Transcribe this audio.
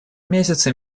месяце